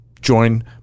join